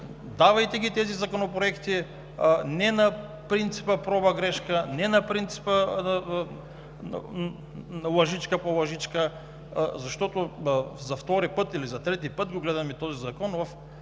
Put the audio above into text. давайте тези законопроекти не на принципа „проба – грешка“, не на принципа „лъжичка по лъжичка“, защото за втори или трети път гледаме този закон в